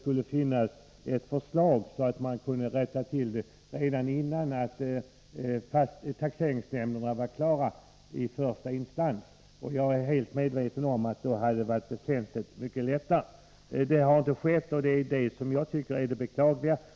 skulle föreligga ett förslag, så att man i första instans skulle kunna rätta till problemen, innan taxeringsnämnderna avslutat sitt arbete. Jag menar att det hade varit väsentligt mycket lättare då. Det har inte skett, och det tycker jag är beklagligt.